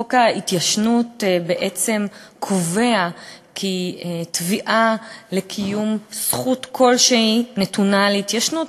חוק ההתיישנות קובע כי תביעה לקיום זכות כלשהי נתונה להתיישנות,